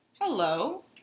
hello